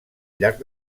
llarg